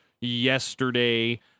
Yesterday